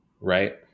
right